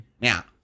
Now